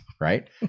right